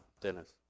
Dennis